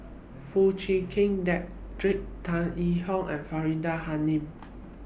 Foo Chee Keng Cedric Tan Yee Hong and Faridah Hanum